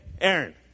Aaron